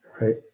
right